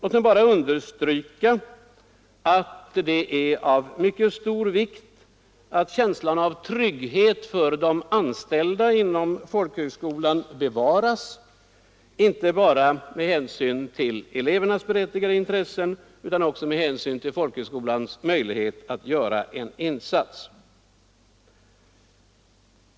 Jag vill dock understryka att det är av mycket stor vikt att känslan av trygghet för de anställda inom folkhögskolan bevaras, inte bara med hänsyn till elevernas berättigade intressen utan också med hänsyn till folkhögskolans möjlighet att göra en insats.